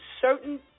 Certain